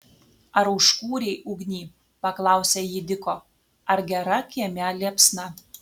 ar užkūrei ugnį paklausė ji diko ar gera kieme liepsna